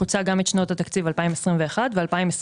חוצה את שנות התקציב 2021 ו-2022.